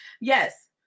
Yes